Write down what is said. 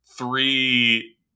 Three